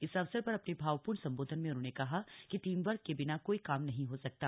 इस अवसर पर अपने भावपूर्ण संबोधन में उन्होंने कहा कि टीमवर्क के बिना कोई काम नहीं हो सकता